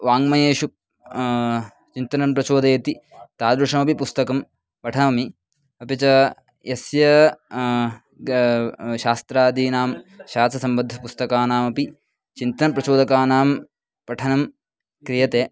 वाङ्मयेषु चिन्तनं प्रचोदयति तादृशमपि पुस्तकं पठामि अपि च यस्य गा शास्त्रादीनां शास्त्रसम्बद्धपुस्तकानामपि चिन्तनं प्रचोदकानां पठनं क्रीयते